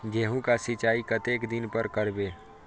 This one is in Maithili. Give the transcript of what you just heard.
गेहूं का सीचाई कतेक दिन पर करबे?